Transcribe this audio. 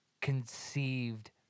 conceived